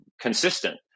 consistent